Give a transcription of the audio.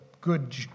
good